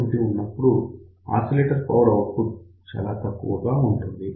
1 ఉన్నప్పుడు oscillator power output చాలా తక్కువగా ఉంటుంది